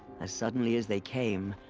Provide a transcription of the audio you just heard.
as suddenly as they came.